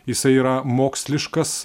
jisai yra moksliškas